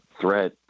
threat